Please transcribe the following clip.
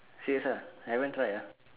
serious ah haven't try uh